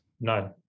none